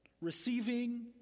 Receiving